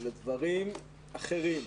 שלדברים אחרים,